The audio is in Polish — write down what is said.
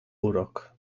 urok